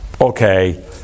okay